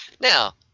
Now